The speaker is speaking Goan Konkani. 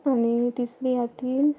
आनी तिसरी आसा ती